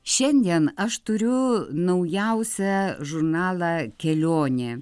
šiandien aš turiu naujausią žurnalą kelionė